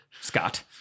Scott